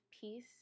peace